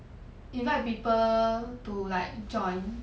invite people to like join